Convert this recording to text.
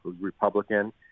Republican